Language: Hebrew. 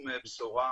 לא המציאו שום דבר.